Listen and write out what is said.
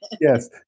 Yes